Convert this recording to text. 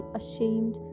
ashamed